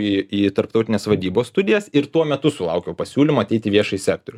į į tarptautinės vadybos studijas ir tuo metu sulaukiau pasiūlymo ateiti į viešąjį sektorių